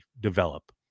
develop